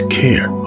care